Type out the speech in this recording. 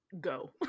go